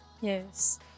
Yes